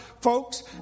folks